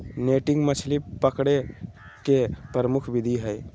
netting मछली पकडे के प्रमुख विधि हइ